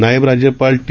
नायब राज्यपाल टी